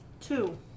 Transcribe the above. Two